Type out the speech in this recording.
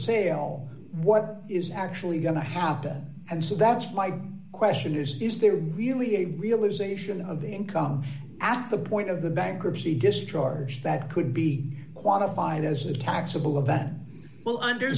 sale what is actually going to happen and so that's my question is is there really a realisation of income at the point of the bankruptcy destroyers that could be qualified as a taxable a bad well under